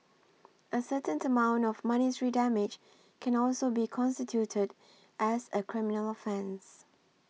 a certain amount of monetary damage can also be constituted as a criminal offence